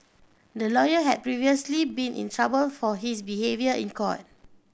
the lawyer had previously been in trouble for his behaviour in court